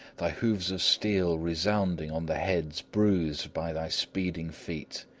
thy hoofs of steel resounding on the heads bruised by thy speeding feet.